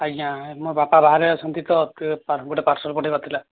ଆଜ୍ଞା ମୋ ବାପା ବାହାରେ ଅଛନ୍ତି ତ ଟିକିଏ ଗୋଟେ ପାର୍ସଲ ପଠେଇବାର ଥିଲା